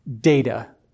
data